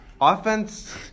Offense